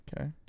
Okay